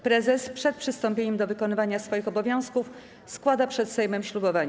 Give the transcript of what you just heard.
Prezes przed przystąpieniem do wykonywania swoich obowiązków składa przed Sejmem ślubowanie.